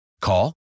Call